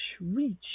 reach